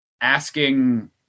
asking